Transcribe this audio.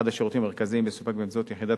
אחד השירותים המרכזיים מסופק באמצעות יחידות